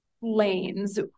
lanes